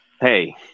hey